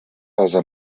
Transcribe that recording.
ase